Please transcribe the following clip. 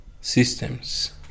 systems